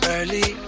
Early